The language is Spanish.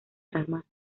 ramas